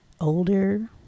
older